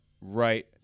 right